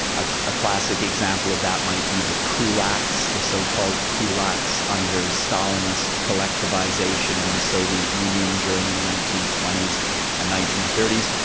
ah a classic example of that might be the kulaks, the so-called kulaks under stalinist collectivization in the soviet union during the nineteen twenty s and nineteen thirty